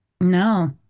no